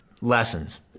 lessons